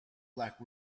black